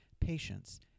patients